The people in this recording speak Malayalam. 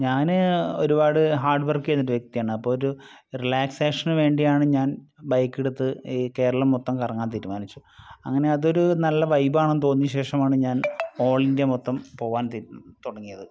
ഞാന് ഒരുപാട് ഹാഡ് വർക്കെയ്യുന്നൊരു വ്യക്തിയാണ് അപ്പോഴൊരു റിലാക്സേഷനുവേണ്ടിയാണ് ഞാൻ ബൈക്കെടുത്ത് ഈ കേരളം മൊത്തം കറങ്ങാൻ തീരുമാനിച്ചു അങ്ങനെ അതൊരു നല്ല വൈബാണെന്നു തോന്നിയശേഷമാണ് ഞാൻ ഓൾ ഇന്ത്യ മൊത്തം പോവാൻ തുടങ്ങിയത്